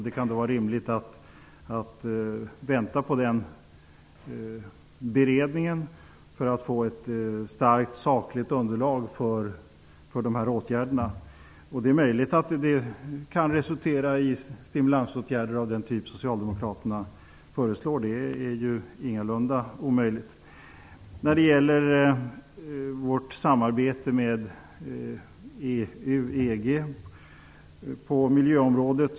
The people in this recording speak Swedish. Det är rimligt att man väntar på den beredningen så att man får ett starkt sakligt underlag för dessa åtgärder. Det är möjligt att det kan resultera i stimulansåtgärder av den typ som socialdemokraterna föreslår. Det är ingalunda omöjligt. Jag skall ta upp frågan om vårt samarbete med EU på miljöområdet.